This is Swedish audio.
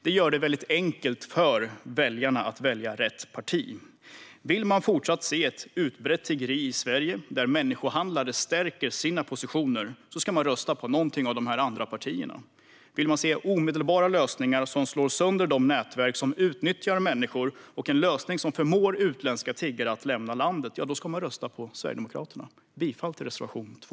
Det gör det enkelt för väljarna att välja rätt parti. Om man vill fortsätta att se ett utbrett tiggeri i Sverige där människohandlare stärker sina positioner ska man rösta på något av de andra partierna. Vill man se omedelbara lösningar som slår sönder de nätverk som utnyttjar människor och en lösning som förmår utländska tiggare att lämna landet ska man rösta på Sverigedemokraterna. Jag yrkar bifall till reservation 2.